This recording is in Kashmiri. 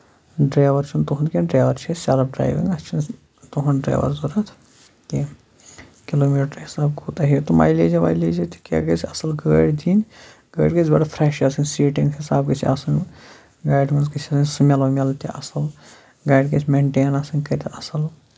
ڈریوَر چھُنہٕ تُہُند کیٚںہہ ڈریور چھِ اَسہِ سیلٔف ڈرایوِنگ اَسہِ چھُنہٕ تُہُند ڈریور ضررتھ کیٚںہہ کِلوٗمیٖٹر حِسابہٕ کوٗتاہ ہیٚیو تہٕ میلیجا ویلیجا تہِ کیاہ گژھِ اَصٕل گٲڑۍ دِنۍ گٲڑۍ گژھِ گۄڈٕ فریش آسٕنۍ سیٖٹِنگ حِسابہٕ گژھِ آسٕنۍ گاڑِ منٛز گژھِ نہٕ آسٕنۍ سمیل وِمیل تہِ اَصٕل گاڑِ گژھِ مینٹین آسٕنۍ کٔرِتھ اَصٕل